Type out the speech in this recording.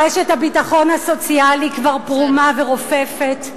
רשת הביטחון הסוציאלי כבר פרומה ורופפת,